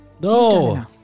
No